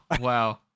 Wow